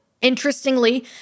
Interestingly